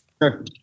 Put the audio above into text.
Sure